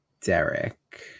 Derek